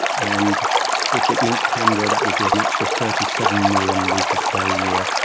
and if it linked canberra that would be an extra thirty seven million litres per year.